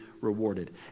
rewarded